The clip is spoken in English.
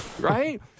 Right